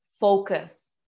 Focus